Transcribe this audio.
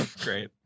Great